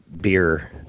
beer